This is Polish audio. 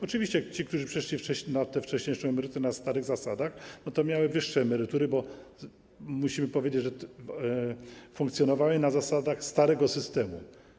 Oczywiście ci, którzy przeszli na tę wcześniejszą emeryturę na starych zasadach, mieli wyższe emerytury, bo musimy powiedzieć, że funkcjonowali na zasadach starego systemu.